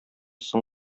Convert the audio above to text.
соң